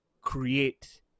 create